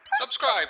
Subscribe